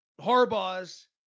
Harbaugh's